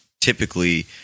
typically